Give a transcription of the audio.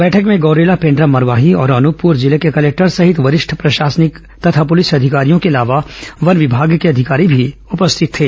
बैठक में गौरेला पेण्ड्रा मरवाही और अनूपप्र जिले के कलेक्टर सहित वरिष्ठ प्रशासनिक तथा पुलिस अधिकारियों के अलावा वन विभाग के अधिकारी मी उपस्थित थे